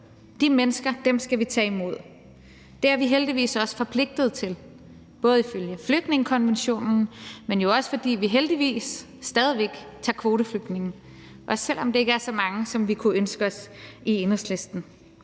leve under, skal vi tage imod. Det er vi heldigvis også forpligtede til, både ifølge flygtningekonventionen, men jo også fordi vi heldigvis stadig væk tager kvoteflygtninge, også selv om det ikke er så mange, som vi kunne ønske os i Enhedslisten.